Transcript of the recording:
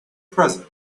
present